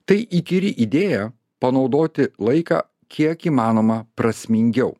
tai įkyri idėja panaudoti laiką kiek įmanoma prasmingiau